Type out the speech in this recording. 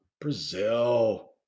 Brazil